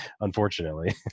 unfortunately